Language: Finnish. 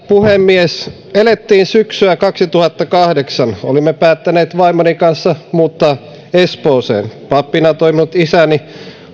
puhemies elettiin syksyä kaksituhattakahdeksan olimme päättäneet vaimoni kanssa muuttaa espooseen pappina toiminut isäni